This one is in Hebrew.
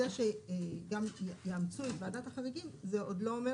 העובדה שגם יאמצו את ועדת החריגים זה עוד לא אומר